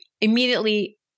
immediately